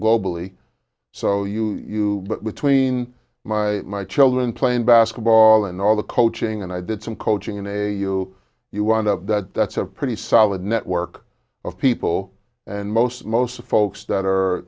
globally so you between my my children playing basketball and all the coaching and i did some coaching in a you you wind up that's a pretty solid network of people and most most folks that are